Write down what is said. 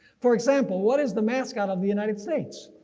for example, what is the mascot of the united states?